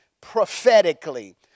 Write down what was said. prophetically